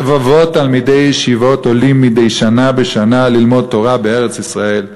רבבות תלמידי ישיבות עולים מדי שנה בשנה ללמוד תורה בארץ-ישראל,